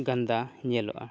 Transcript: ᱜᱟᱱᱫᱟ ᱧᱮᱞᱚᱜᱼᱟ